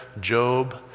Job